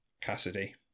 Cassidy